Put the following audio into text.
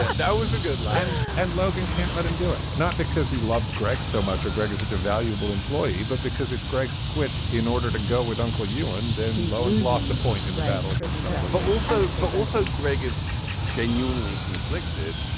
that was a good line and logan can't let him do it not because he loves greg so much. ah greg is such a valuable employee. but because if greg quits in order to go with uncle ewing then logan's lost a point in the battle against but also but also greg is genuinely conflicted.